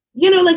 you know, like